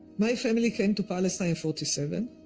my family came to palestine in forty seven.